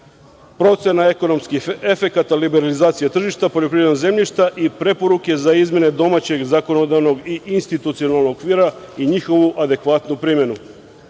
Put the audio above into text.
procenu ekonomskih efekata liberalizacije tržišta, poljoprivrednog zemljišta i preporuke za izmene domaćeg zakonodavnog i institucionalnog okvira i njihovu adekvatnu primenu. Ovu